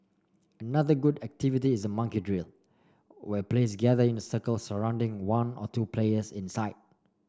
another good activity is monkey drill where players gather in a circle surrounding one or two players inside